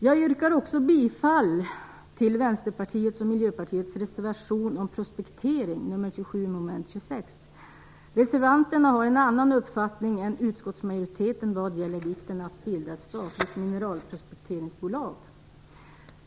Jag yrkar också bifall till Vänsterpartiets och under mom. 26. Reservanterna har en annan uppfattning än utskottsmajoriteten vad gäller vikten av att bilda ett statligt mineralprospekteringsbolag.